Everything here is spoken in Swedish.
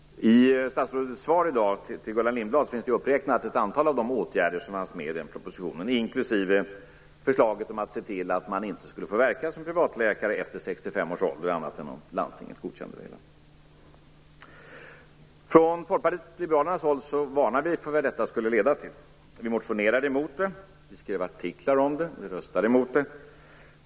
I statsrådets svar till Gullan Lindblad finns uppräknat ett antal av de åtgärder som fanns med i propositionen, inklusive förslaget om att man inte skulle få verka som privatläkare efter 65 års ålder annat än om landstinget godkände det hela. Från Folkpartiet liberalerna varnade vi för vad detta skulle kunna leda till. Vi motionerade mot förslaget, vi skrev artiklar om det och vi röstade mot det.